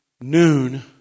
noon